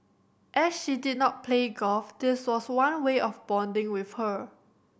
as she did not play golf this was one way of bonding with her